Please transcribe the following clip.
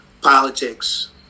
politics